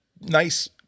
Nice